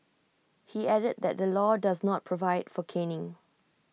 he added that the law does not provide for caning